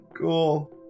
cool